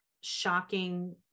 shocking